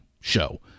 show